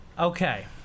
Okay